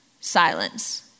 silence